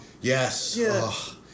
Yes